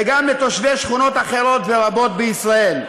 וגם לתושבי שכונות אחרות ורבות בישראל.